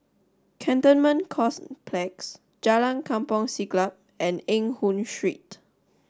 Cantonment Complex Jalan Kampong Siglap and Eng Hoon Street